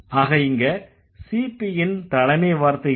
ஆக இங்க CPன் தலைமை வார்த்தை என்ன